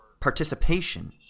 participation